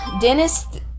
Dennis